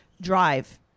drive